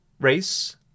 race